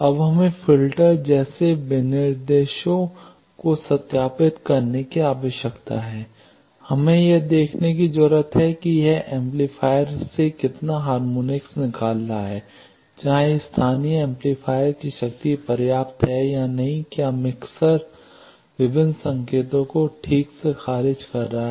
अब हमें फिल्टर जैसे विनिर्देशों को सत्यापित करने की आवश्यकता है हमें यह देखने की जरूरत है कि यह एम्पलीफायर से कितना हार्मोनिक्स निकाल रहा है चाहे स्थानीय एम्पलीफायर की शक्ति पर्याप्त है या नहीं क्या मिक्सर विभिन्न संकेतों को ठीक से खारिज कर रहा है